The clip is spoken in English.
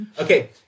Okay